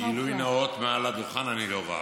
גילוי נאות מעל לדוכן: אני לא רב,